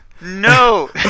no